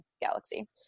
galaxy